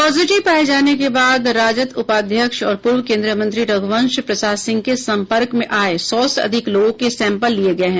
positive पाये जाने के बाद राजद उपाध्यक्ष और पूर्व केन्द्रीय मंत्री रघुवंश प्रसाद सिंह के संपर्क में आये सौ से अधिक लोगों के सैंपल लिये गये हैं